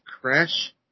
Crash